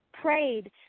prayed